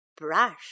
brush